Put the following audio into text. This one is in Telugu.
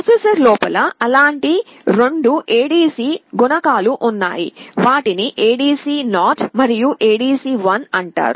ప్రాసెసర్ లోపల అలాంటి రెండు ADC గుణకాలు ఉన్నాయి వాటిని ADC 0 మరియు ADC 1 అంటారు